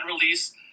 release